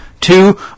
Two